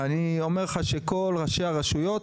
כל ראשי הרשויות,